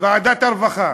עבודה ורווחה